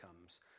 comes